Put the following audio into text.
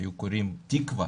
היו קוראים תקווה,